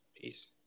Peace